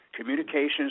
communications